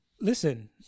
listen